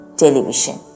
television